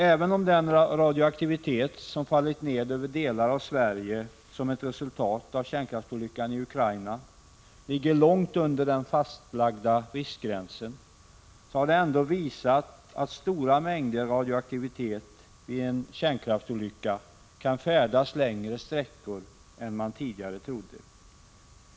Även om den radioaktivitet som vi drabbats av genom nedfall över delar av Sverige, såsom ett resultat av kärnkraftsolyckan i Ukraina, ligger långt under den fastlagda riskgränsen, har den ändå visat att stora mängder av radioaktiva ämnen vid en kärnkraftsolycka kan färdas längre sträckor än man tidigare trodde.